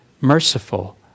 merciful